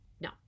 no